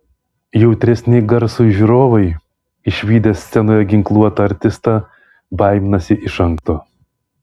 jautresni garsui žiūrovai išvydę scenoje ginkluotą artistą baiminasi iš anksto